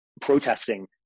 protesting